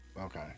Okay